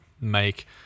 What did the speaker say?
make